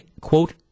quote